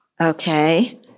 Okay